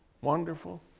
wonderful